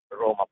Roma